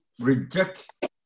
reject